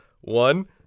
one